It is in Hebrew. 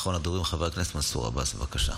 אחרון הדוברים, חבר הכנסת מנסור עבאס, בבקשה.